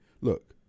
look